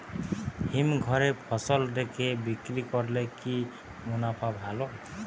হিমঘরে ফসল রেখে বিক্রি করলে কি মুনাফা ভালো?